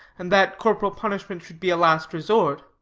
and that corporal punishment should be a last resort.